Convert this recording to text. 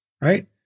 right